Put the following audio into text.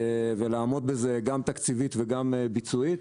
ולעמוד בזה גם תקציבית וגם ביצועית